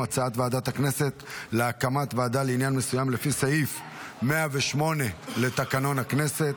הצעת ועדת הכנסת להקמת ועדה לעניין מסוים לפי סעיף 108 לתקנון הכנסת.